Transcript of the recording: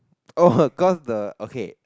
oh cause the okay